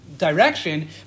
direction